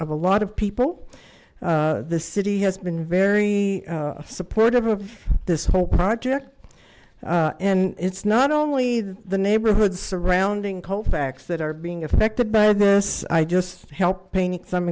of a lot of people the city has been very supportive of this whole project and it's not only the neighborhood surrounding colfax that are being affected by this i just helped painting some